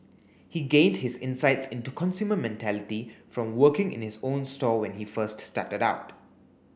he gained his insights into consumer mentality from working in his own store when he first started out